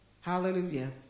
Hallelujah